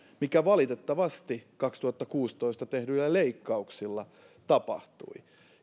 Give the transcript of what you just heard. mikä valitettavasti vuonna kaksituhattakuusitoista tehdyillä leikkauksilla tapahtui